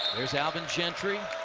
there's allen gentry.